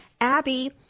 Abby